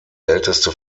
älteste